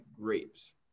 grapes